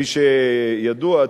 כפי שידוע,